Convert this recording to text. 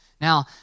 Now